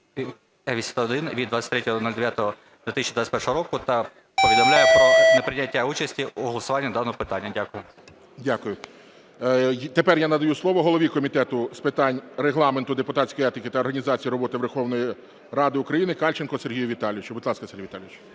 6081) (від 23.09.2021 року) та повідомляю про неприйняття участі у голосуванні даного питання. Дякую. ГОЛОВУЮЧИЙ. Дякую. Тепер я надаю слово голові Комітету з питань регламенту, депутатської етики та організації роботи Верховної Ради України Кальченку Сергію Віталійовичу. Будь ласка, Сергій Віталійович.